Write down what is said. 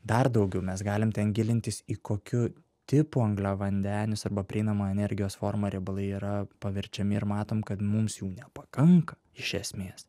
dar daugiau mes galim ten gilintis į kokių tipų angliavandenius arba prieinamą energijos formą riebalai yra paverčiami ir matom kad mums jų nepakanka iš esmės